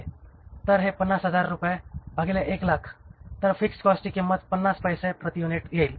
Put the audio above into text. आहे तर हे 50000 रु भागिले 100000 तर फिक्स्ड कॉस्टची किंमत 50 पैसे प्रति युनिट येईल